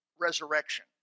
resurrection